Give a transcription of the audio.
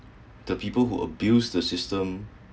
the people who abuse the system